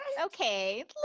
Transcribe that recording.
okay